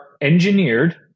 engineered